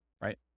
right